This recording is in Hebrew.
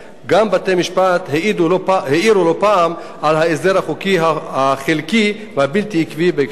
גם בתי-המשפט העירו לא פעם על ההסדר החוקי החלקי והבלתי עקבי בהקשר זה.